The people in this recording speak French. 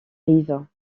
rives